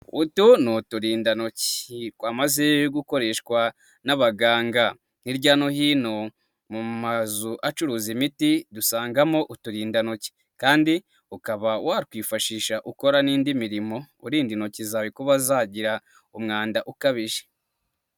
Utu ni uturindantoki twamaze gukoreshwa n'abaganga. Hirya no hino mu mazu acuruza imiti dusangamo uturindantoki kandi ukaba wakwifashisha ukora n'indi mirimo, urinda intoki zawe kuba zagira umwanda ukabije.